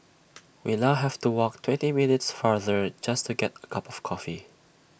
we now have to walk twenty minutes farther just to get A cup of coffee